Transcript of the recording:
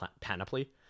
Panoply